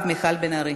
ואחריו מיכל בן ארי.